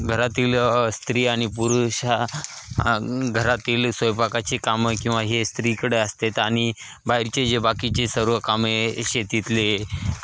घरातील स्त्री आणि पुरुष घरातील स्वयपाकाची कामं किंवा हे स्त्रीकडे असतेत आणि बाहेरचे जे बाकीचे सर्व काम आहे शेतीतले